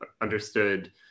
understood